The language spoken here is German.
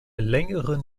längeren